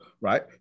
right